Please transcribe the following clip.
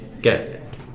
get